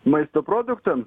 maisto produktam